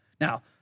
Now